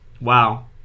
Wow